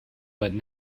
but